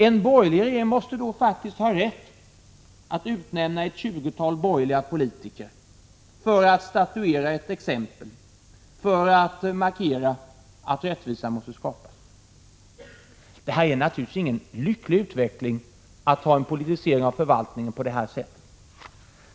En borgerlig regering måste då ha rätt att utnämna ett tjugotal borgerliga politiker för att statuera ett exempel, för att markera att rättvisa måste skapas. Det är naturligtvis ingen lycklig utveckling att förvaltningen politiseras på det här sättet.